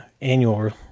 annual